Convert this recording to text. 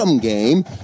game